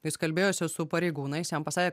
kai jis kalbėjosi su pareigūnais jam pasakė